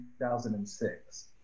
2006